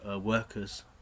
workers